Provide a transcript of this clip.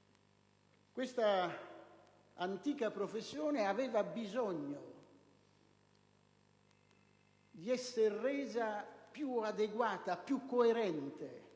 tutelare i principi - che aveva bisogno di essere resa più adeguata e più coerente